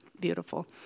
beautiful